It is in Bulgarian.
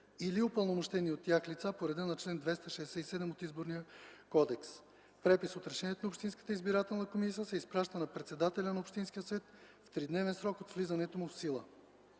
или от упълномощени от тях лица, по реда на чл. 267 от Изборния кодекс. Препис от решението на общинската избирателна комисия се изпраща на председателя на общинския съвет в тридневен срок от влизането му в сила.”